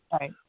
Right